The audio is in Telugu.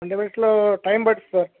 ట్వంటీ మినిట్స్లో టైం పట్టుద్ది సార్